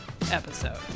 episode